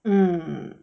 mm